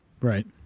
Right